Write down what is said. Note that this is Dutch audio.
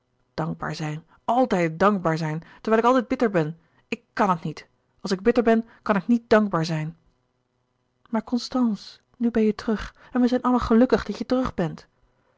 dankbaar zijn altijd dankbaar zijn terwijl ik altijd louis couperus de boeken der kleine zielen bitter ben ik kan het niet als ik bitter ben kan ik niet dankbaar zijn maar constance nu ben je terug en wij zijn allen gelukkig dat je terug bent